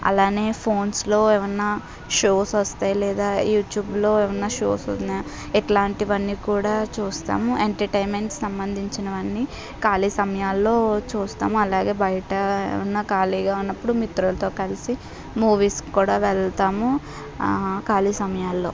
అలాగే ఫోన్స్లో ఏమన్న షోస్ వస్తే లేదా యూట్యూబులో ఏమన్న షోస్ ఉన్న ఇలాంటివి అన్నీ కూడా చూస్తాం ఎంటర్టైన్మెంట్ సంబంధించినవి అన్నీ ఖాళీ సమయాలలో చూస్తాం అలాగే బయట ఏమన్న ఖాళీగా ఉన్నప్పుడు మిత్రులతో కలిసి మూవీస్కు కూడా వెళ్తాము ఖాళీ సమయాలలో